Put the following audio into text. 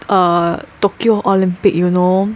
err Tokyo olympic you know